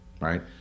right